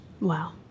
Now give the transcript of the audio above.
Wow